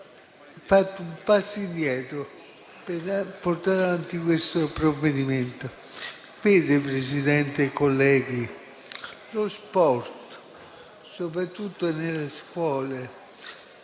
fatto un passo indietro per portare avanti questo provvedimento. Signor Presidente, colleghi, lo sport, soprattutto nelle scuole,